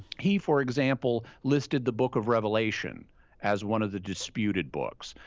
he, for example, listed the book of revelation as one of the disputed books.